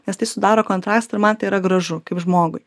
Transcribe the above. nes tai sudaro kontrastą ir man tai yra gražu kaip žmogui